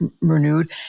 renewed